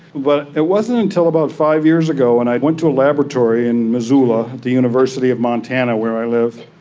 but it wasn't until about five years ago when and i went to a laboratory in missoula at the university of montana where i live,